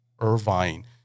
Irvine